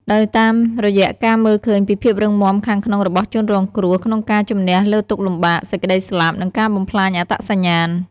ដោយតាមរយៈការមើលឃើញពីភាពរឹងមាំខាងក្នុងរបស់ជនរងគ្រោះក្នុងការជម្នះលើទុក្ខលំបាក សេចក្ដីស្លាប់ និងការបំផ្លាញអត្តសញ្ញាណ។